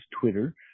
Twitter